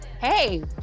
Hey